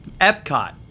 Epcot